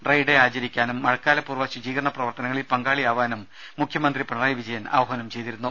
dry day ആചരിക്കാനും മഴക്കാലപൂർവ്വ ശുചീകരണ പ്രവർത്തനങ്ങളിൽ പങ്കാളികളാവാനും മുഖ്യമന്ത്രി പിണറായി വിജയൻ ആഹ്വാനം ചെയ്തിരുന്നു